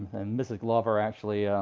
and mrs. glover actually,